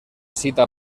cita